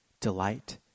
delight